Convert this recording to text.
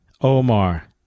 Omar